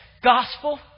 gospel